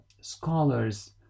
scholars